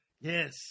Yes